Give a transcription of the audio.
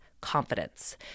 confidence